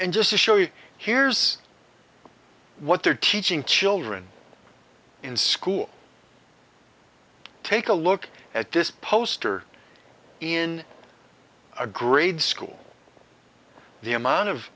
and just to show you here's what they're teaching children in school take a look at this poster in a grade school the amount of